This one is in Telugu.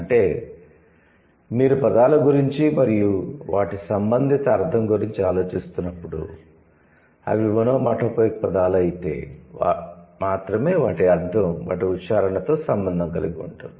అంటే మీరు పదాల గురించి మరియు వాటి సంబంధిత అర్ధం గురించి ఆలోచిస్తున్నప్పుడు అవి ఒనోమాటోపోయిక్ పదాలు అయితే మాత్రమే వాటి అర్థo వాటి ఉచ్చారణతో సంబంధం కలిగి ఉంటుంది